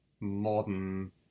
modern